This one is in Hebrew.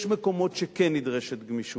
יש מקומות שכן נדרשת גמישות,